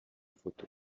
photo